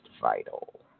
vital